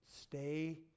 stay